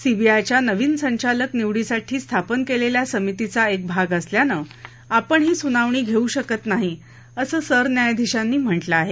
सीबीआयच्या नवीन संचालक निवडीसाठी स्थापन केलेल्या समितीचा एक भाग असल्यानं आपण ही सुनावणी घेऊ शकत नाही असं सरन्यायाधीशांनी म्हटलं आहे